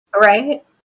Right